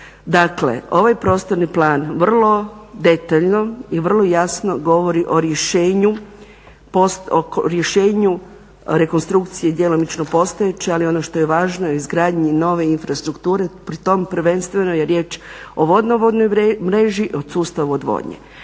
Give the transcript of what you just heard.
Dakle, ovaj prostorni plan vrlo detaljno i vrlo jasno govori o rješenju rekonstrukcije, djelomično postojeće, ali ono što je važno o izgradnji nove infrastrukture. Pri tome prvenstveno je riječ o vodovodnoj mreži, o sustavu odvodnje.